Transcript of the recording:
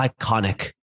iconic